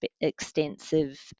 extensive